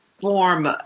form